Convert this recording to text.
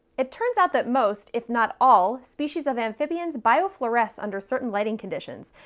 it turns out that most, if not all, species of amphibians biofluoresce under certain lighting conditions,